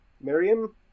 Miriam